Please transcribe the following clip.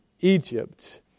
Egypt